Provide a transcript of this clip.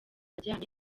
ajyanye